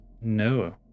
No